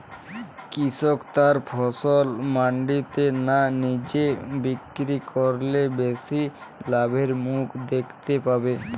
কৃষক তার ফসল মান্ডিতে না নিজে বিক্রি করলে বেশি লাভের মুখ দেখতে পাবে?